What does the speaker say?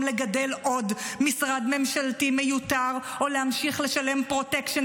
לגדל עוד משרד ממשלתי מיותר או להמשיך לשלם פרוטקשן